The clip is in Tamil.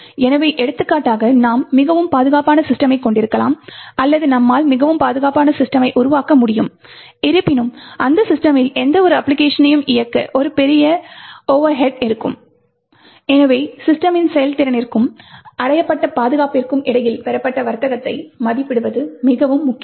எனவே எடுத்துக்காட்டாக நாம் மிகவும் பாதுகாப்பான சிஸ்டமைக் கொண்டிருக்கலாம் அல்லது நம்மால் மிகவும் பாதுகாப்பான சிஸ்டமை உருவாக்க முடியும் இருப்பினும் அந்த சிஸ்டமில் எந்தவொரு அப்ளிகேஷனையும் இயக்க ஒரு பெரிய ஓவர்ஹேட்டாக இருக்கும் எனவே சிஸ்டமின் செயல்திறனிற்கும் அடையப்பட்ட பாதுகாப்பிற்கும் இடையில் பெறப்பட்ட வர்த்தகத்தை மதிப்பிடுவது மிகவும் முக்கியம்